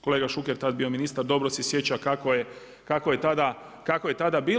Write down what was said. Kolega Šuker je tada bio ministar dobro se sjeća kako je tada bilo.